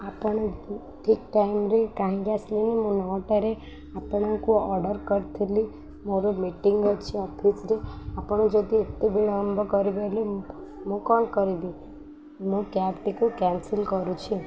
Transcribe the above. ଆପଣ ଠିକ୍ ଟାଇମରେ କାହିଁକି ଆସିଲେନି ମୁଁ ନଅଟାରେ ଆପଣଙ୍କୁ ଅର୍ଡ଼ର କରିଥିଲି ମୋର ମିଟିଂ ଅଛି ଅଫିସରେ ଆପଣ ଯଦି ଏତେ ବିଳମ୍ବ କରିବେ ମୁଁ କ'ଣ କରିବି ମୋ କ୍ୟାବଟିକୁ କ୍ୟାନସେଲ କରୁଛି